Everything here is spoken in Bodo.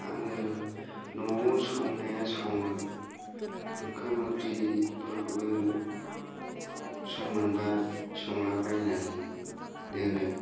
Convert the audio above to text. आङो न'आव संनाया सङो ओंखाम आंख्रिफोरखौबो सम मोनबा संलाबायनानै दोनो